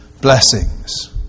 blessings